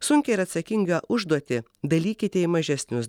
sunkią ir atsakingą užduotį dalykite į mažesnius